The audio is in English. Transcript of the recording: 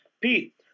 Pete